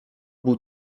był